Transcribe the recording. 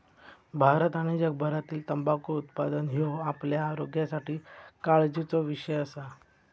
भारत आणि जगभरातील तंबाखू उत्पादन ह्यो आपल्या आरोग्यासाठी काळजीचो विषय असा